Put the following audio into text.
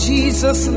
Jesus